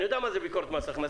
אני יודע מה זה ביקורת מס הכנסה.